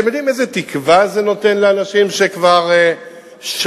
אתם יודעים איזו תקווה זה נותן לאנשים שכבר שנים